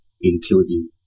including